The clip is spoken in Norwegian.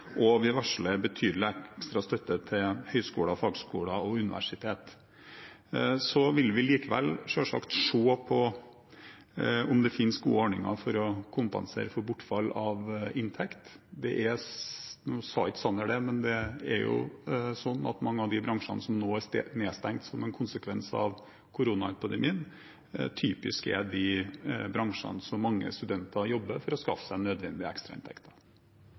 og vi varsler betydelig ekstra støtte til høyskoler, fagskoler og universiteter. Likevel vil vi selvsagt se på om det finnes gode ordninger for å kompensere for bortfall av inntekt – nå sa ikke Sanner det – men mange av de bransjene som nå er nedstengt som en konsekvens av koronapandemien, typisk er de bransjene som mange studenter jobber i, for å skaffe seg